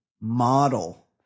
model